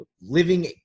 living